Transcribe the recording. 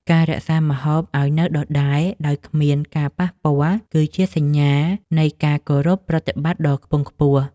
ការរក្សាម្ហូបឱ្យនៅដដែលដោយគ្មានការប៉ះពាល់ គឺជាសញ្ញានៃការគោរពប្រតិបត្តិដ៏ខ្ពង់ខ្ពស់។